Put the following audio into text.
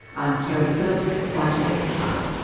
i'm keri phillips. bye till next time.